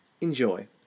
Enjoy